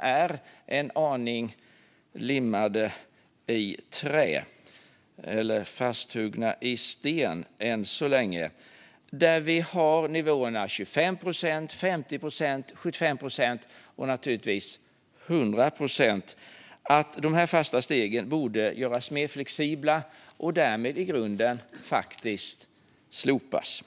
är en aning limmade i trä eller fasthuggna i sten än så länge, med nivåerna 25, 50, 75 och naturligtvis 100 procent - borde göras mer flexibla och därmed i grunden faktiskt slopas.